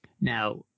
Now